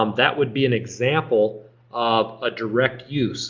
um that would be an example of a direct use